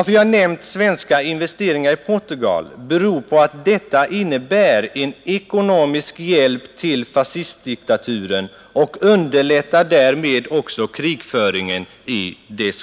Att jag nämnt svenska investeringar i Portugal beror på att investeringarna innebär en ekonomisk hjälp till fascistdiktaturen och underlättar krigföringen i